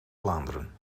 vlaanderen